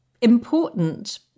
important